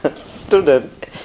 student